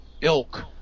Ilk